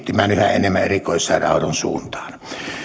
enemmän erikoissairaanhoidon suuntaan